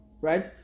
right